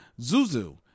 Zuzu